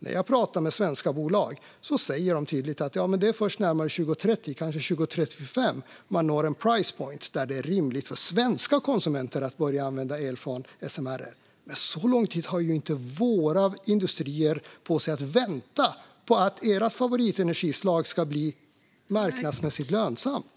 När jag pratar med svenska bolag säger de tydligt att det är först närmare 2030, kanske 2035, som man når en price point där det är rimligt för svenska konsumenter att börja använda el från SMR:er. Men så lång tid har ju inte våra industrier på sig att vänta på att ert favoritenergislag ska bli marknadsmässigt lönsamt.